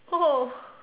oh